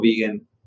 vegan